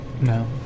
No